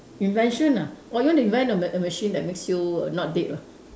invention ah or you want to invent a ma~ a machine that makes you not dead lah